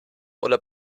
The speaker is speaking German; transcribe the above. oder